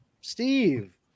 Steve